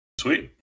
Sweet